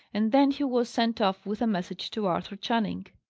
and then he was sent off with a message to arthur channing.